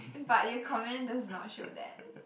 but your comment does not show that